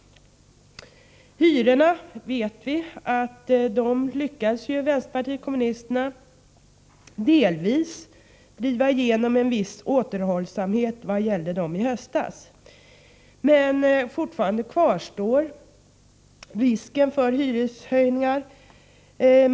Vänsterpartiet kommunisterna lyckades i höstas delvis driva igenom en viss återhållsamhet i vad gäller hyrorna, men fortfarande kvarstår risken för hyreshöjningar.